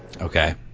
Okay